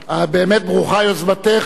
באמת ברוכה יוזמתך,